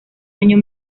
año